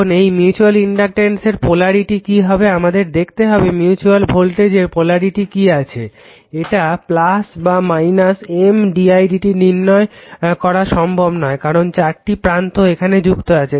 এখন এই মিউচুয়াল ইনডাকটেন্সের পোলারিটি কি হবে আমাদের দেখতে হবে মিউচুয়াল ভোল্টেজের পোলরিটি কি আছে এটা বা M didt নির্ণয় করা সহজ নয় কারণ চারটি প্রান্ত এখানে যুক্ত আছে